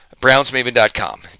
BrownsMaven.com